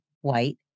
white